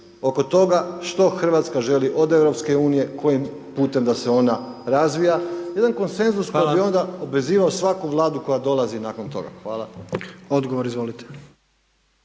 oko toga što Hrvatska želi od Europske unije, kojim putem da se ona razvija, jedan konsenzus koji bi onda obvezivao svaku Vladu koja dolazi nakon toga. Hvala. **Jandroković,